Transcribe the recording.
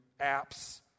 apps